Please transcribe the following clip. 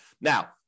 Now